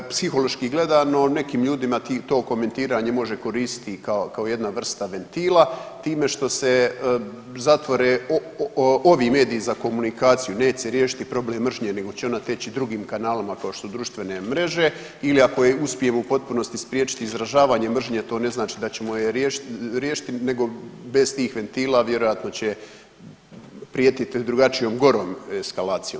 Psihološki gledano, nekim ljudima ti, to komentiranje može koristiti i kao jedna vrsta ventila, time što se zatvore ovi mediji za komunikaciju, neće se riješiti problem mržnje nego će ona teći drugim kanalima, kao što su društvene mreže ili ako je uspijemo u potpunosti spriječiti, izražavanje mržnje, to ne znači da ćemo je riješiti, nego bez tih ventila vjerojatno će prijetiti drugačijom, gorom eskalacijom.